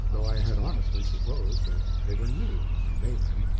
though i had honestly supposed that they were new when i made them.